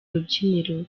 rubyiniro